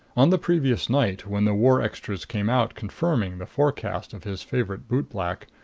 on the previous night, when the war extras came out confirming the forecast of his favorite bootblack,